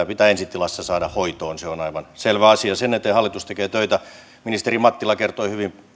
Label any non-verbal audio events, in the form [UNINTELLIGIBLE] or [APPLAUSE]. [UNINTELLIGIBLE] pitää ensi tilassa saada hoitoon se on aivan selvä asia sen eteen hallitus tekee töitä ministeri mattila kertoi hyvin